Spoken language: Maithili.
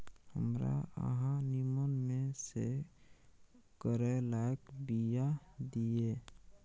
हमरा अहाँ नीमन में से करैलाक बीया दिय?